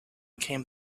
came